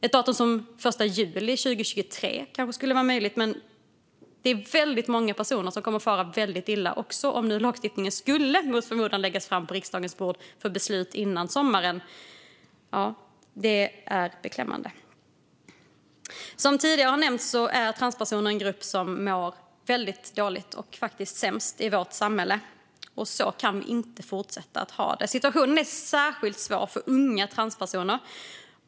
Ett datum som den 1 juli 2023 skulle kanske vara möjligt, men det är väldigt många personer som kommer att fara väldigt illa, även om ny lagstiftning mot förmodan skulle läggas på riksdagens bord för beslut före sommaren. Det här är beklämmande. Som tidigare har nämnts är transpersoner en grupp som mår väldigt dåligt, faktiskt sämst i vårt samhälle. Så kan vi inte fortsätta att ha det. Situationen är särskilt svår för unga transpersoner.